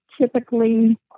typically